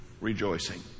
rejoicing